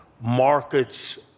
markets